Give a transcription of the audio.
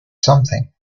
something